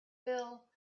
phil